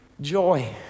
joy